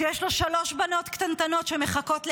שיש לו שלוש בנות קטנטנות שמחכות לאבא,